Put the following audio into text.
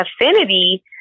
affinity